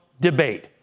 debate